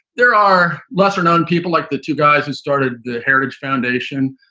there are lesser known people like the two guys who started the heritage foundation,